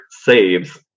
saves